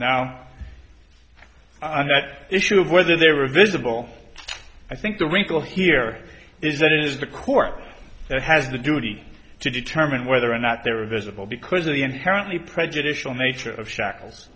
now on that issue of whether they were visible i think the wrinkle here is that it is the court that has the duty to determine whether or not they're visible because of the inherently prejudicial nature of shackles